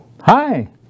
hi